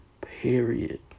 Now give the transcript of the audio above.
Period